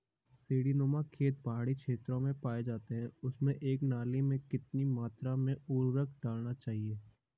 सीड़ी नुमा खेत पहाड़ी क्षेत्रों में पाए जाते हैं उनमें एक नाली में कितनी मात्रा में उर्वरक डालना चाहिए?